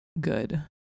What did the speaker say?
good